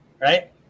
right